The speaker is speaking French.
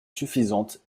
suffisante